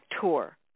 tour